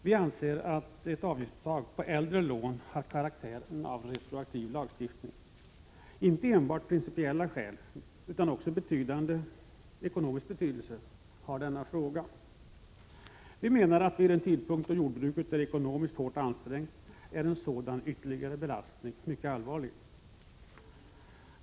Vi anser att ett avgiftsuttag på äldre lån har karaktären av retroaktiv lagstiftning. Denna fråga har inte enbart principiell betydelse utan den har också en avsevärd ekonomisk betydelse. Vi menar att en sådan ytterligare belastning vid en tidpunkt då jordbruket är ekonomiskt hårt ansträngt är mycket allvarlig.